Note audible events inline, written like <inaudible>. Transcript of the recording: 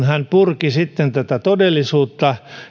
<unintelligible> hän purki sitten tätä todellisuutta että